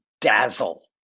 dazzle